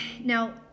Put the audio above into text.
Now